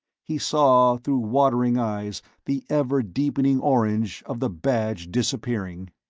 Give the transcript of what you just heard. he saw through watering eyes the ever-deepening orange of the badge disappearing.